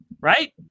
right